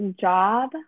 job